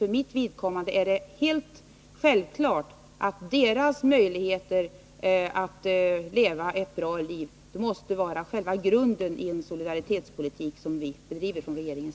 För mitt vidkommande är det helt självklart att deras möjligheter att leva ett bra liv måste vara själva grunden i den solidaritetspolitik som regeringen bedriver.